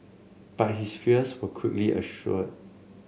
but his fears were quickly assuaged